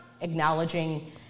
acknowledging